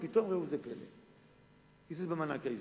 ופתאום, ראו זה פלא: קיצוץ במענק האיזון.